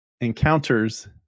encounters